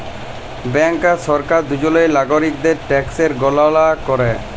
bank আর সরকার দুজলই লাগরিকদের ট্যাকসের গললা ক্যরে